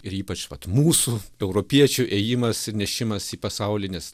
ir ypač vat mūsų europiečių ėjimas ir nešimas į pasaulį nes